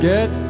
Get